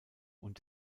und